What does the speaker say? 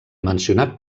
mencionat